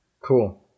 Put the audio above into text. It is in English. Cool